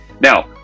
Now